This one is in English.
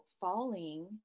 falling